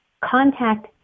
contact